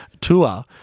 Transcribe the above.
tour